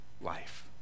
life